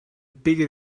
picked